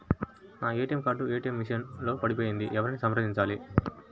నా ATM card ATM machine లో పడిపోయింది ఎవరిని సంప్రదించాలి?